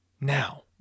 now